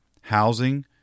housing